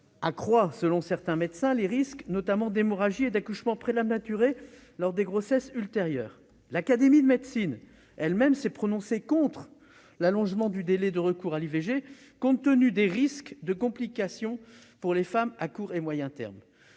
quatorze semaines accroît les risques, notamment d'hémorragie et d'accouchement prématuré lors des grossesses ultérieures. L'Académie nationale de médecine elle-même s'est prononcée contre l'allongement du délai de recours à l'IVG, compte tenu des risques de complications pour les femmes à court et moyen termes.